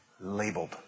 labeled